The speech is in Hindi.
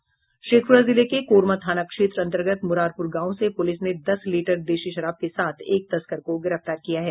शेखप्ररा जिले के कोरमा थाना क्षेत्र अंतर्गत मुरारपुर गांव से पुलिस ने दस लीटर देशी शराब के साथ एक तस्कर को गिरफ्तार किया है